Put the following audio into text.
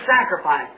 sacrifice